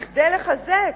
כדי לחזק,